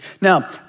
Now